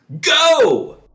Go